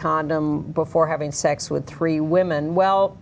condom before having sex with three women well